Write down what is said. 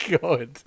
God